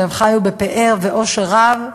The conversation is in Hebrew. והם חיו בפאר ועושר רב.